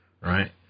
right